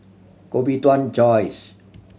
Koh Bee Tuan Joyce